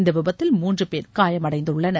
இந்த விபத்தில் மூன்று பேர் காயம் அடைந்துள்ளனர்